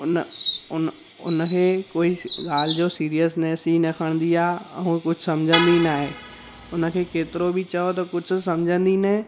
उन उन उनखे कोई ॻाल्हि जो सिरियसनैस ई न खणंदी आहे ऐं कुझु सम्झंदी बि नाहे उनखे केतिरो बि चओ त कुझु सम्झंदी न